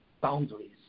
boundaries